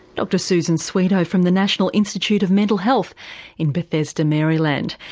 dr susan swedo from the national institute of mental health in bethesda, maryland.